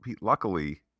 Luckily